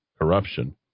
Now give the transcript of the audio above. corruption